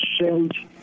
change